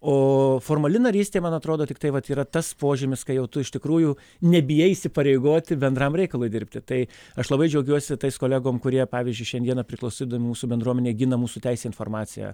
o formali narystė man atrodo tiktai vat yra tas požymis kai jau tu iš tikrųjų nebijai įsipareigoti bendram reikalui dirbti tai aš labai džiaugiuosi tais kolegom kurie pavyzdžiui šiandieną priklausydami mūsų bendruomenei gina mūsų teisę informaciją